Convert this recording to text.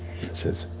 it says,